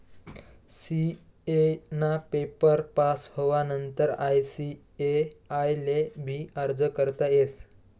CA ना paper pass होवानंतर ICAI ले भी अर्ज करता येस